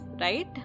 right